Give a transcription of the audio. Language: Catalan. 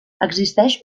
existeix